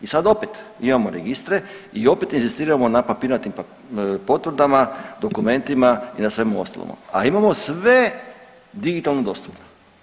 I sad opet imamo registre i opet inzistiramo na papirnatim potvrdama, dokumentima i na svemu ostalomu, a imamo sve digitalno dostupno.